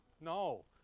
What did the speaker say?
No